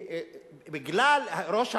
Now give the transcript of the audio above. ראש העיר,